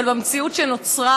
אבל במציאות שנוצרה,